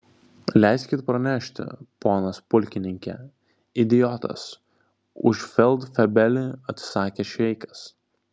leiskit pranešti ponas pulkininke idiotas už feldfebelį atsakė šveikas